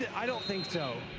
i don't think so.